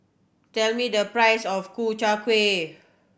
tell me the price of Ku Chai Kueh